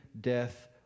death